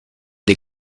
dei